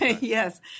Yes